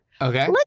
Okay